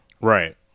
Right